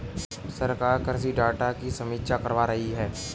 सरकार कृषि डाटा की समीक्षा करवा रही है